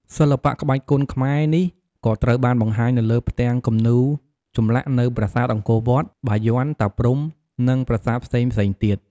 សិល្បៈក្បាច់គុនខ្មែរនេះក៏ត្រូវបានបង្ហាញនៅលើផ្ទាំងគំនូរចម្លាក់នៅប្រាសាទអង្គរវត្ត បាយ័ន តាព្រហ្ម និងប្រាសាទផ្សេងៗទៀត។